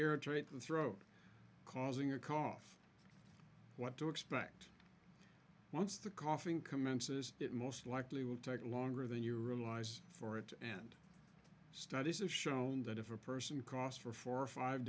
eritrea to the throat causing a cough what to expect once the coughing commences it most likely will take longer than you realize for it and studies have shown that if a person costs for four or five